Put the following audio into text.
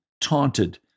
taunted